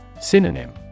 Synonym